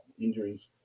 injuries